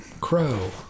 Crow